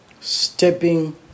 Stepping